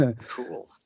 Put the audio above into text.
Cool